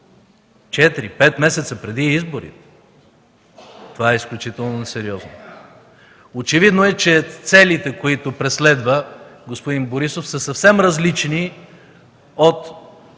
четири, пет месеца преди изборите? Това е изключително несериозно! Очевидно е, че целите, които преследва господин Борисов, са съвсем различни от